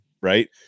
right